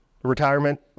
Retirement